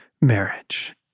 marriage